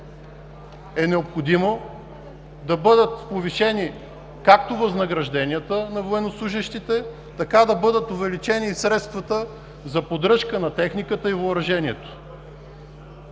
е необходимо да бъдат повишени както възнагражденията на военнослужещите, така и да бъдат увеличени средствата за поддръжка на техниката и на въоръжението.